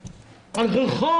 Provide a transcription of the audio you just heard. לא רק על ישוב,